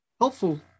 helpful